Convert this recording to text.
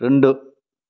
రెండు